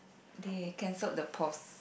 they cancelled the pause